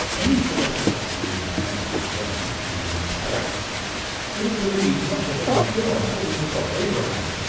any philosopher that you encountered then and in that place would have believed not just in god, but in the god of abraham.